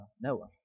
Noah